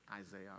Isaiah